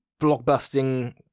blockbusting